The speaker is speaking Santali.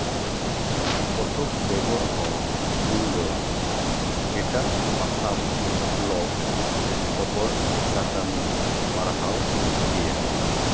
ᱯᱚᱛᱚᱵᱽ ᱵᱮᱜᱚᱨ ᱦᱚᱸ ᱤᱧ ᱫᱚ ᱮᱴᱟᱜ ᱯᱟᱛᱷᱟᱢ ᱵᱞᱚᱠ ᱥᱮ ᱠᱷᱚᱵᱚᱨ ᱥᱟᱠᱟᱢᱤᱧ ᱯᱟᱲᱦᱟᱣ ᱜᱮᱭᱟ